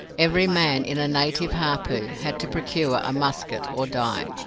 every man in a native hapu had to procure a musket, or die.